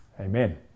Amen